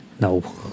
No